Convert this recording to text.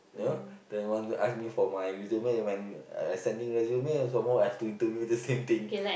you know they ask me for my resume when I I sending resume then some more I have to interview the same thing